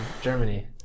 Germany